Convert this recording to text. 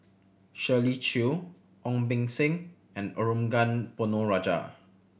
Shirley Chew Ong Beng Seng and Arumugam Ponnu Rajah